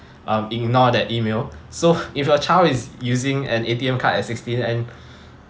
uh ignore that email so if your child is using an A_T_M card at sixteen and